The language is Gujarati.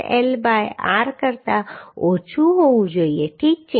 7 L બાય r કરતાં ઓછું હોવું જોઈએ ઠીક છે